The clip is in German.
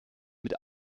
mit